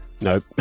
Nope